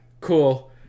Cool